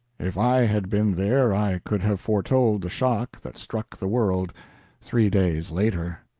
if i had been there i could have foretold the shock that struck the world three days later.